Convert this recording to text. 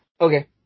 Okay